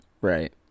Right